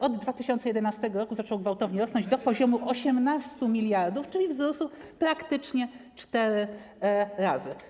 Od 2011 r. zaczął gwałtownie rosnąć, do poziomu 18 mld, czyli wzrósł praktycznie cztery razy.